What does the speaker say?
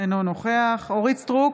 אינו נוכח אורית מלכה סטרוק,